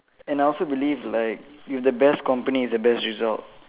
and I also believe like with the best company is the best result